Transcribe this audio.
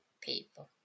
people